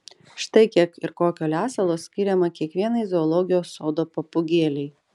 štai kiek ir kokio lesalo skiriama kiekvienai zoologijos sodo papūgėlei